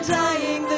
dying